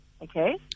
Okay